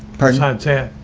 part time sam,